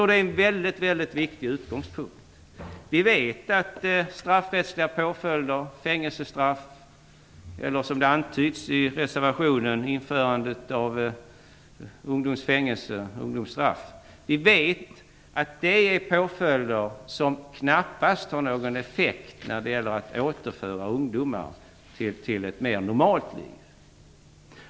Det är en viktig utgångspunkt. Vi vet att straffrättsliga påföljder, som fängelsestraff eller införande av ungdomsstraff, som antyds i reservationen, knappast har någon effekt för att återföra ungdomar till ett mera normalt liv.